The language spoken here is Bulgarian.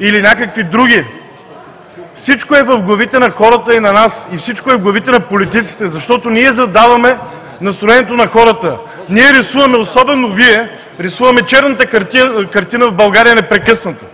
Или някакви други? (Реплики от „БСП за България“.) Всичко е в главите на хората и на нас. И всичко е в главите на политиците, защото ние задаваме настроението на хората. Ние рисуваме, особено Вие, рисуваме черната картина в България непрекъснато